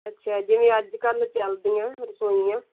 ਅੱਛਾ ਜਿਵੇਂ ਅੱਜ ਕੱਲ੍ਹ ਚੱਲਦੀਆਂ ਰਸੋਈਆਂ